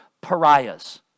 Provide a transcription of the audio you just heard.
pariahs